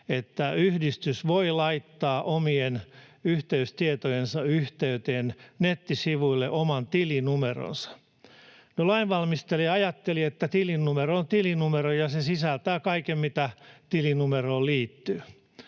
että yhdistys voi laittaa omien yhteystietojensa yhteyteen nettisivuille oman tilinumeronsa. No, lainvalmistelija ajatteli, että tilinumero on tilinumero ja se sisältää kaiken, mitä tilinumeroon liittyy,